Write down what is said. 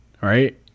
right